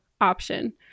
option